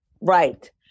Right